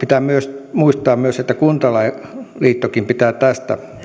pitää muistaa myös että kuntaliittokin pitää